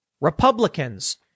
Republicans